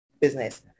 business